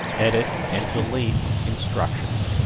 edit, and delete instructions.